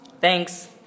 Thanks